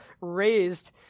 raised